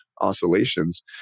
oscillations